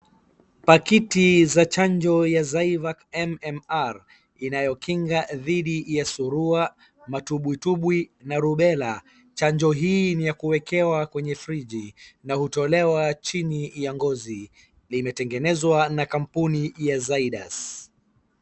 Pakiti za chanjo ya Zivac MMR inayokinga dhidi ya surua, matubwitubwi na rubela. Chanjo hii ni ya kuwekewa kwenye friji na hutolewa chini ya ngozi. Limetengenezwa na kampuni ya Zydus.